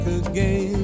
again